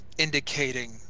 Indicating